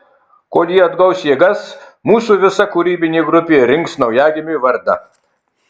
kol ji atgaus jėgas mūsų visa kūrybinė grupė rinks naujagimiui vardą